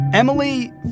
Emily